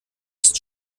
ist